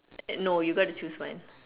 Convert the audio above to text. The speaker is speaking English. no you got to choose one